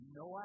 no